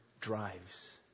drives